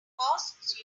costs